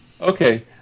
Okay